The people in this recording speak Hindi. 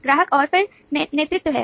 ग्राहक और फिर नेतृत्व है